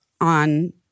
on